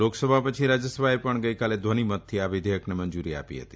લોકસભા પછી રાજયસભાએ પણ ગઇકાલે ધ્વની મતથી આ વિધેયકને મંજુરી આપી હતી